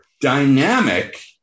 dynamic